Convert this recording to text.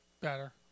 Better